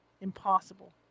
Impossible